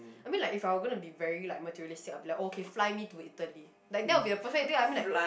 I mean like if I were going to be very like materialistic I'll be like okay fly me to Italy like that would be the perfect date lah I mean like